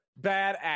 badass